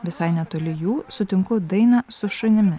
visai netoli jų sutinku dainą su šunimi